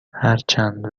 هرچند